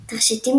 תכשיטים,